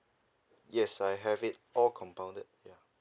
yes I have it all compounded yeah